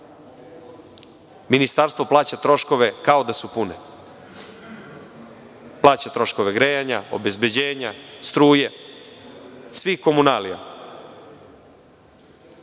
ministarstvo plaća troškove kao da su pune, plaća troškove grejanja, obezbeđenja, struje, svih komunalija. Prema